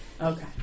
Okay